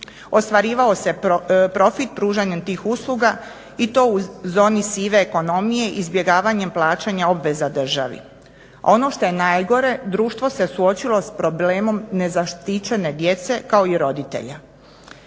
ostvarivao se profit pružanjem tih usluga i to u zoni sive ekonomije izbjegavanjem plaćanja obveza državi. Ono što je najgore društvo se suočilo s problemom nezaštićene djece kao i roditelja.